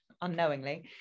unknowingly